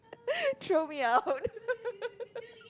throw me out